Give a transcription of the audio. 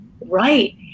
right